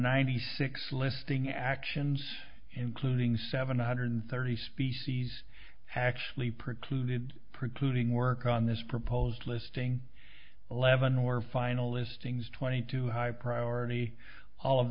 ninety six listing actions including seven hundred thirty species actually precluded precluding work on this proposed listing eleven or finalist ngs twenty two high priority all of